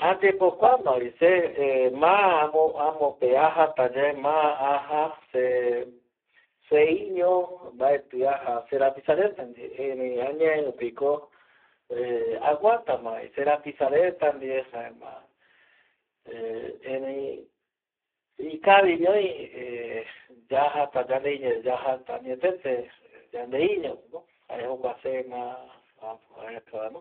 Ayepokua ma vi se ma amope ajata yae ma aja se seiño mbaeti aja serapisa reta ndie erei añae rupi ko eh aguatama serapisa reta ndie jaema eh erei ikaviñoi eh yajata yandeiño yae yajata añetete yandeiño jae jokua se ma aeka va no